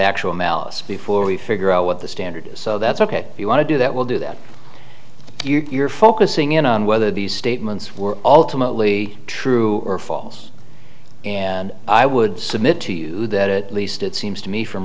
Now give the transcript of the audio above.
actual malice before we figure out what the standard is so that's ok you want to do that will do that you're focusing in on whether these statements were all to mostly true or false and i would submit to you that it least it seems to me from